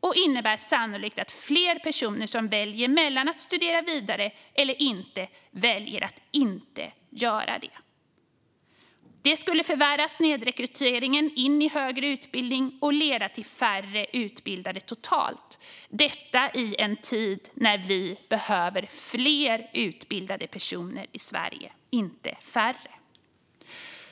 och innebär sannolikt att fler personer som väljer mellan att studera vidare eller att inte göra det. Det skulle förvärra snedrekryteringen till högre utbildning och leda till färre utbildade totalt, detta i en tid när vi behöver fler utbildade personer i Sverige, inte färre.